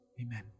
amen